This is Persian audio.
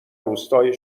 روستای